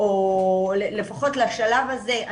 או לפחות לשלב הזה,